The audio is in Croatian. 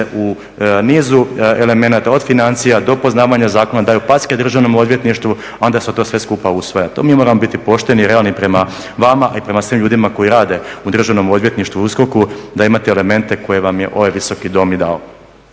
u nizu elementa od financija do poznavanja zakona daju packe državnom odvjetništvu, onda se sve to skupa usvaja. Tu mi moramo biti pošteni i realni prema vama i prema svim ljudima koji rade u državnom odvjetništvu USKOK-u da imate elemente koje vam je ovaj visoki dom i dao.